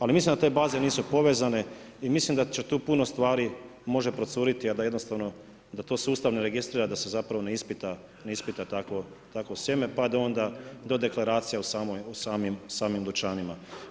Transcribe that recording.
Ali, mislim da te baze nisu povezane i mislim da će tu puno stvari može procuriti i da jednostavno, da to sustavno e registrira, da se zapravo ne ispita takvo jeme, pa da onda do deklaracije u samim dućanima.